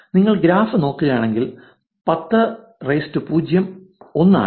നിങ്ങൾ ഗ്രാഫ് നോക്കുകയാണെങ്കിൽ 100 1 ആണ്